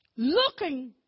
Looking